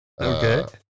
Okay